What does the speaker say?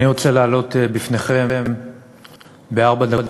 אני רוצה להעלות לפניכם בארבע דקות